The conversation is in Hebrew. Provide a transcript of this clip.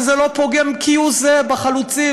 וזה לא פוגם כהוא זה בחלוצים,